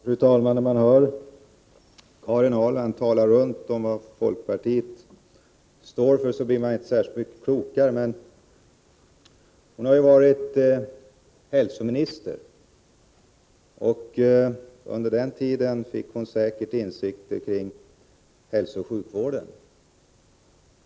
Fru talman! När man hör Karin Ahrland tala allmänt om vad folkpartiet står för blir man inte mycket klokare. Men Karin Ahrland har ju varit hälsovårdsminister, och under den tiden fick hon säkert insikter i hälsooch sjukvården.